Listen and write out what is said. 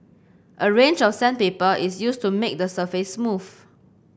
a range of sandpaper is used to make the surface smooth